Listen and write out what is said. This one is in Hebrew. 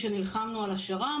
כשנלחמנו על השר"מ,